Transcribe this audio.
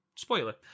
Spoiler